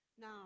Now